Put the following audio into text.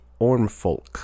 Ormfolk